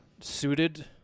suited